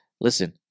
Listen